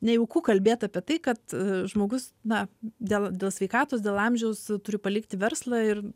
nejauku kalbėt apie tai kad žmogus na dėl dėl sveikatos dėl amžiaus turi palikti verslą ir